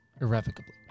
irrevocably